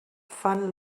fan